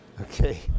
Okay